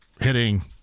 hitting